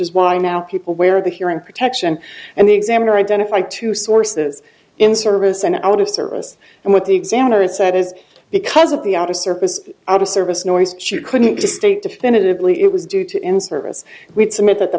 is why now people wear the hearing protection and the examiner identify two sources in service and out of service and with the examiner it said is because of the out of service out of service noise she couldn't just state definitively it was due to in service we submit that the